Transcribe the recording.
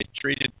treated